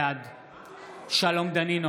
בעד שלום דנינו,